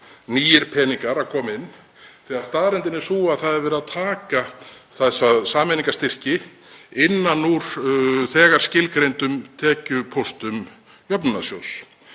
nýir peningar að koma inn, þegar staðreyndin er sú að verið er að taka þessa sameiningarstyrki innan úr þegar skilgreindum tekjupóstum jöfnunarsjóðs,